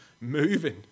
moving